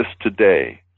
today